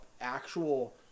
actual